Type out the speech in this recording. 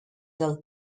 del